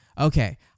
okay